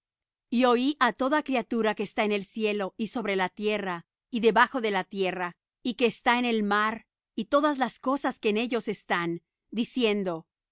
y oí á toda criatura que está en el cielo y sobre la tierra y debajo de la tierra y que está en el mar y todas las cosas que en ellos están diciendo